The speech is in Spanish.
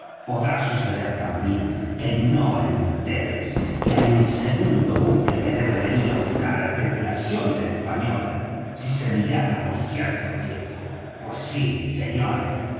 podrá suceder también que ignoren vds que hay un segundo buque que debe venir á buscar á la tripulación de la española si se dilata por cierto tiempo pues sí señores